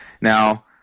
Now